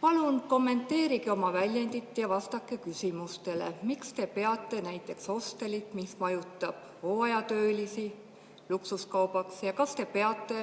Palun kommenteerige oma väljendit ja vastake [järgmistele] küsimustele. Miks te peate näiteks hostelit, mis majutab hooajatöölisi, luksuskaubaks? Ja kas te peate